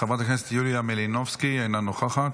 חברת הכנסת יוליה מלינובסקי, אינה נוכחת.